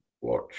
watch